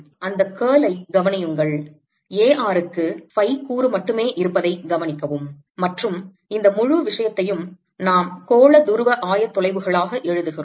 அந்த curl ஐ கவனியுங்கள் A r க்கு phi கூறு மட்டுமே இருப்பதை கவனிக்கவும் மற்றும் இந்த முழு விஷயத்தையும் நாம் கோள துருவ ஆயத்தொலைவுகளாக எழுதுகிறோம்